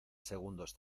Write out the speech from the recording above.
segundos